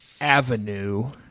avenue